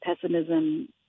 pessimism